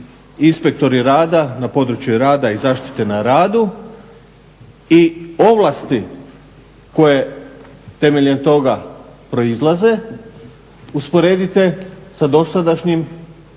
inspektori rada na području rada i zaštite na radu i ovlasti koje temeljem toga proizlaze usporedite sa dosadašnjim